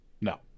No